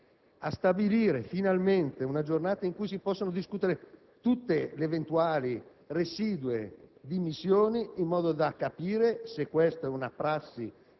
a stabilire finalmente una giornata in cui si possono discutere tutte le eventuali, residue, dimissioni in modo da capire se questa è una prassi